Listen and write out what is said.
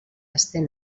estén